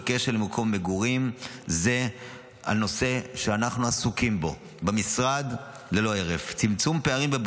קשר למקום מגורים זה נושא שאנחנו עסוקים בו במשרד ללא הרף.